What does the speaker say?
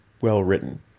well-written